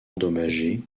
endommagés